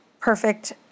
perfect